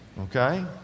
okay